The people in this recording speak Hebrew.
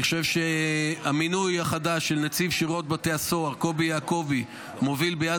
אני חושב שהמינוי החדש של נציב שירות בתי הסוהר קובי יעקובי מוביל ביד